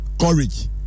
courage